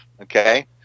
Okay